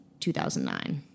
2009